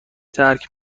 ترک